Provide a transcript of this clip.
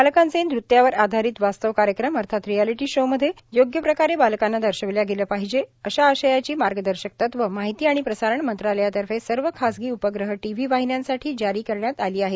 बालकांचे न्रत्यावर आधारित वास्तव कार्यक्रम अर्थात रिएलिटी शोमध्ये योग्यप्रकारे बालकांना दर्शविल्या गेलं पाहिजे अशा आशयाची मार्गदर्शक तत्व माहिती आणि प्रसारण मंत्रालयातर्फे सर्व खाजगी उपग्रह टीव्ही वाहिन्यांसाठी जारी करण्यात आली आहेत